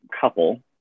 couple